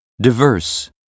diverse